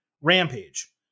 Rampage